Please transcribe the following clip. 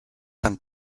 san